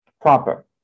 proper